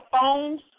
phones